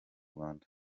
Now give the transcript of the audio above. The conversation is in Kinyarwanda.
rwanda